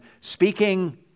speaking